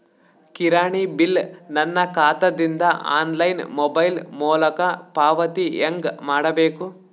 ಕಿರಾಣಿ ಬಿಲ್ ನನ್ನ ಖಾತಾ ದಿಂದ ಆನ್ಲೈನ್ ಮೊಬೈಲ್ ಮೊಲಕ ಪಾವತಿ ಹೆಂಗ್ ಮಾಡಬೇಕು?